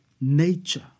nature